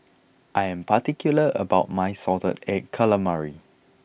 I am particular about my salted egg calamari